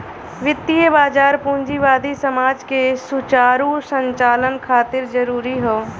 वित्तीय बाजार पूंजीवादी समाज के सुचारू संचालन खातिर जरूरी हौ